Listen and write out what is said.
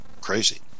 crazy